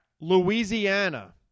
Louisiana